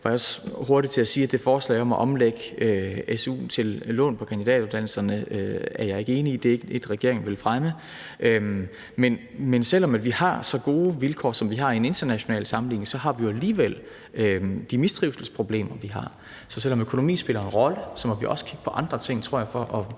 jeg også hurtig til at sige, at det forslag om at omlægge su til lån på kandidatuddannelserne er jeg ikke enig i. Det er ikke et, regeringen vil fremme. Men selv om vi har så gode vilkår, som vi har i en international sammenligning, så har vi jo alligevel mistrivselsproblemer. Så selv om økonomi spiller en rolle, må vi også kigge på andre ting, tror jeg, for at